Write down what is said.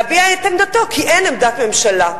להביע את עמדתו כי אין עמדת ממשלה,